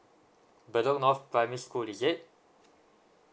bedok north primary school is it